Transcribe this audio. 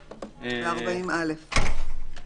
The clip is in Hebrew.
ב-40(א)?